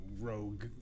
rogue